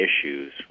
issues